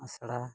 ᱟᱥᱲᱟ